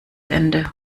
ende